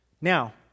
Now